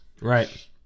Right